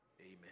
Amen